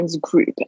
group